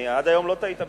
עד היום לא טעית בדבריך.